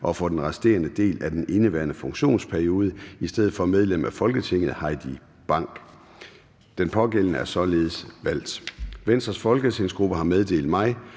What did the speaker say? og for den resterende del af indeværende funktionsperiode i stedet for medlem af Folketinget Heidi Bank. Den pågældende er således valgt. Venstres folketingsgruppe har meddelt mig,